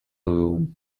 room